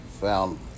found